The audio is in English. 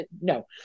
No